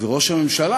וראש הממשלה,